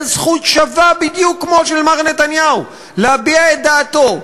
זכות שווה בדיוק כמו של מר נתניהו להביע את דעתו,